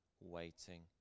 waiting